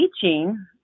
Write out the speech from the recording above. teaching